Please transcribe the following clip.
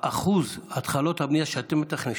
אחוז התחלות הבנייה שאתם מתכננים,